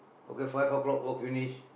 okay five o-clock work finish